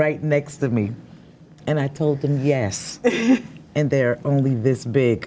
right next to me and i told him yes and they're only this big